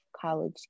college